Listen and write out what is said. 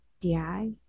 DI